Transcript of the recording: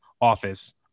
office